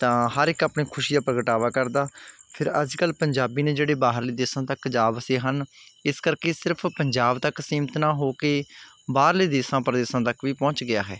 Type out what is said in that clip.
ਤਾਂ ਹਰ ਇੱਕ ਆਪਣੀ ਖੁਸ਼ੀ ਦਾ ਪ੍ਰਗਟਾਵਾ ਕਰਦਾ ਫਿਰ ਅੱਜ ਕੱਲ੍ਹ ਪੰਜਾਬੀ ਨੇ ਜਿਹੜੇ ਬਾਹਰਲੇ ਦੇਸ਼ਾਂ ਤੱਕ ਜਾ ਵਸੇ ਹਨ ਇਸ ਕਰਕੇ ਸਿਰਫ ਪੰਜਾਬ ਤੱਕ ਸੀਮਤ ਨਾ ਹੋ ਕੇ ਬਾਹਰਲੇ ਦੇਸ਼ਾਂ ਪ੍ਰਦੇਸ਼ਾਂ ਤੱਕ ਵੀ ਪਹੁੰਚ ਗਿਆ ਹੈ